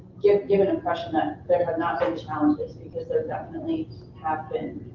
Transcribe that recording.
give give an impression that there have not been challenges because there definitely have been.